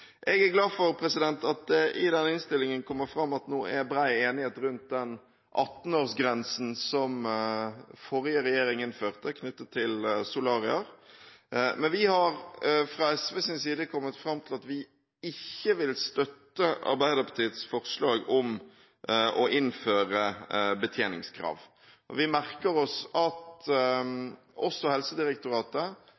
Jeg er glad for at det i denne innstillingen kommer fram at det nå er bred enighet rundt den 18-årsgrensen som den forrige regjeringen innførte, knyttet til solarier. Men vi har fra SVs side kommet fram til at vi ikke vil støtte Arbeiderpartiets forslag om å innføre betjeningskrav. Vi merker oss at